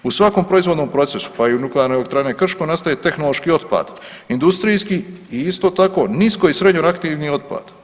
U svakom proizvodnom procesu, pa i u nuklearnoj elektrani Krško nastaje tehnološki otpad, industrijski i isto tako nisko i srednje aktivni otpad.